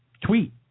tweet